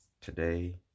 Today